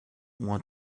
want